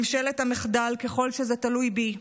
ממשלת המחדל, ככל שזה תלוי בי,